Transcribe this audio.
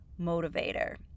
motivator